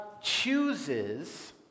chooses